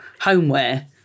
homeware